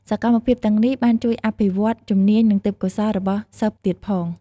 សកម្មភាពទាំងនេះ បានជួយអភិវឌ្ឍជំនាញ និងទេពកោសល្យរបស់សិស្សទៀតផង។